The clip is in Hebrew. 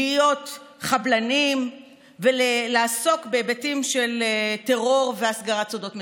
להיות חבלנים ולעסוק בהיבטים של טרור והסגרת סודות מדינה?